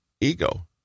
ego